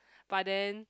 but then